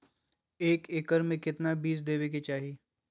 एक एकड़ मे केतना बीज देवे के चाहि?